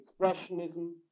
expressionism